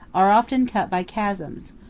are often cut by chasms,